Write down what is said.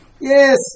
Yes